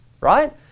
right